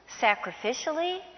sacrificially